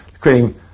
creating